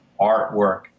artwork